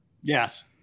Yes